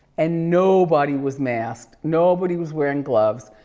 and nobody was masked. nobody was wearing gloves.